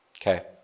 okay